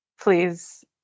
please